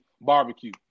barbecue